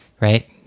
right